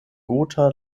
gotha